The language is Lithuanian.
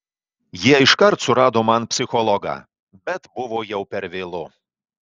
jie iškart surado man psichologą bet buvo jau per vėlu